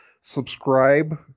Subscribe